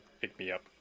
pick-me-up